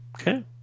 okay